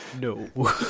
No